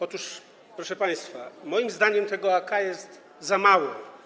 Otóż, proszę państwa, moim zdaniem tego AK jest za mało.